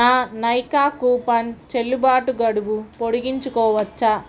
నా నైకా కూపన్ చెల్లుబాటు గడువు పొడిగించుకోవచ్చా